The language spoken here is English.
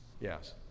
Yes